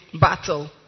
battle